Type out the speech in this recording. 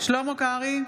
שלמה קרעי,